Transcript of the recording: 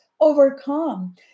overcome